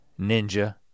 Ninja